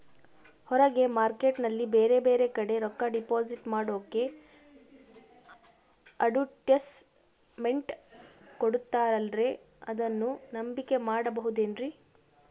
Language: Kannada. ಹೊರಗೆ ಮಾರ್ಕೇಟ್ ನಲ್ಲಿ ಬೇರೆ ಬೇರೆ ಕಡೆ ರೊಕ್ಕ ಡಿಪಾಸಿಟ್ ಮಾಡೋಕೆ ಅಡುಟ್ಯಸ್ ಮೆಂಟ್ ಕೊಡುತ್ತಾರಲ್ರೇ ಅದನ್ನು ನಂಬಿಕೆ ಮಾಡಬಹುದೇನ್ರಿ?